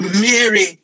Mary